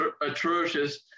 atrocious